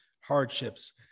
hardships